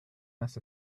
mess